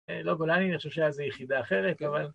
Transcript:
לא גולני, אני חושב שהיה זו יחידה אחרת...